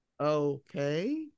okay